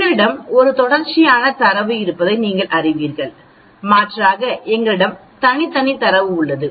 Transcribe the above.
எங்களிடம் ஒரு தொடர்ச்சியான தரவு இருப்பதை நீங்கள் அறிவீர்கள் மாற்றாக எங்களிடம் தனித்தனி தரவு உள்ளது